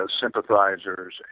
sympathizers